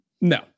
No